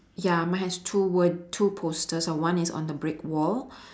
ya mine has two word two posters uh one is on the brick wall